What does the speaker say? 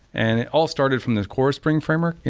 and it all started from these core spring framework,